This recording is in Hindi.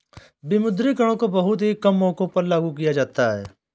विमुद्रीकरण को बहुत ही कम मौकों पर लागू किया जाता है